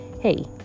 hey